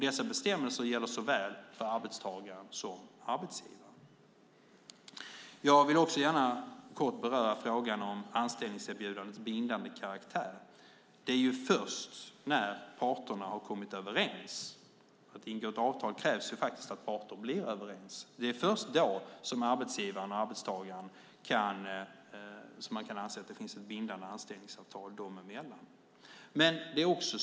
Dessa bestämmelser gäller såväl arbetstagaren som arbetsgivaren. Jag vill också gärna kort beröra frågan om anställningserbjudandets bindande karaktär. Det är först när parterna har kommit överens - för att ingå ett avtal krävs faktiskt att parter blir överens - som man kan anse att det finns ett bindande anställningsavtal mellan arbetsgivaren och arbetstagaren.